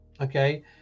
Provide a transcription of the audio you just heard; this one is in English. okay